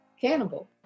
Cannibal